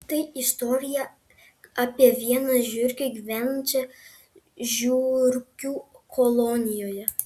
tai istorija apie vieną žiurkę gyvenančią žiurkių kolonijoje